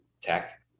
tech